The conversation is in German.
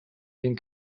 den